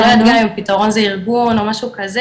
אז אני לא יודעת אם הפתרון זה ארגון או משהו כזה,